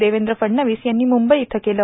देवेंद्र फडणवीस यांनी मुंबई इथं केलं